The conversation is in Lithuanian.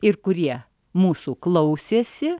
ir kurie mūsų klausėsi